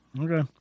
Okay